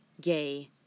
gay